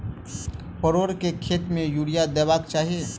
परोर केँ खेत मे यूरिया देबाक चही?